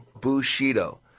Bushido